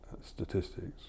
statistics